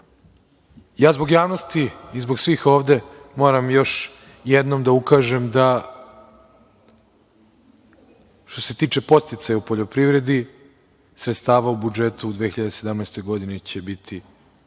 zakona. Zbog javnosti i zbog svih ovde moram još jednom da ukažem da što se tiče podsticaja u poljoprivredi, sredstava u budžetu u 2017. godini će biti,